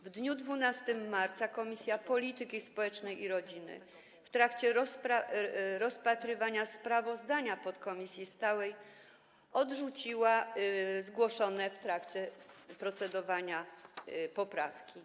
W dniu 12 marca Komisja Polityki Społecznej i Rodziny w trakcie rozpatrywania sprawozdania podkomisji stałej odrzuciła zgłoszone w trakcie procedowania poprawki.